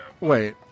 Wait